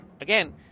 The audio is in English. again